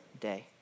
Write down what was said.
day